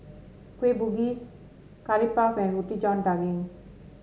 Kueh Bugis Curry Puff and Roti John Daging